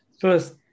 first